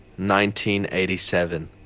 1987